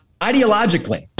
Ideologically